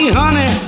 honey